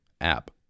app